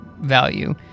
value